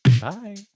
bye